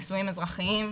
נישואין אזרחיים.